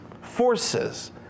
forces